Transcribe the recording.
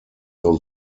nur